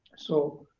so